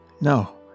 No